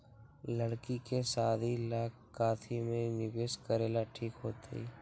लड़की के शादी ला काथी में निवेस करेला ठीक होतई?